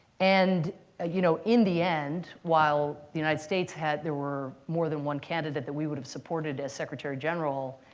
and ah you know in the end, while the united states had there were more than one candidate that we would have supported as secretary-general,